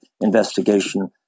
investigation